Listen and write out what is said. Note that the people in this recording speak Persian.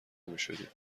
نمیشدیم